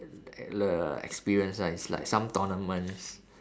experience right it's like some tournaments